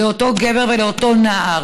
לאותו גבר ולאותו נער